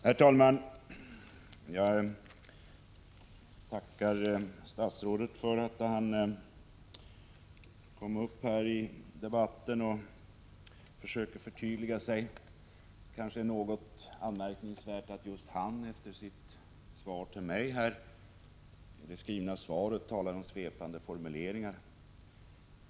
Herr talman! Jag tackar statsrådet för att han gick upp i debatten och försökte förtydliga sig. Det kanske är något anmärkningsvärt att just statsrådet Wickbom efter innehållet i det här skrivna svaret till mig talar om svepande formuleringar.